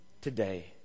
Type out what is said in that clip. today